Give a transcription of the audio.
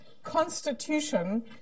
Constitution